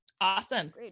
awesome